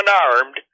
unarmed